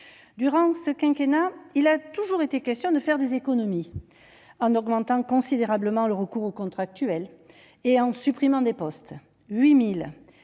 Durant ce quinquennat, il a toujours été question de faire des économies, en augmentant considérablement le recours aux contractuels et en supprimant des postes. Près